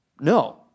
no